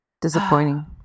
Disappointing